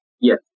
Yes